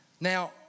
Now